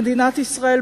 מדינת ישראל,